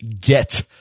get